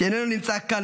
שאיננו נמצא כאן,